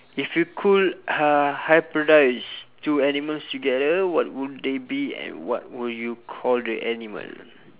if you could uh hybridise two animals together what would they be and what will you call the animal